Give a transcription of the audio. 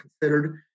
considered